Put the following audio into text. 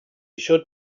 should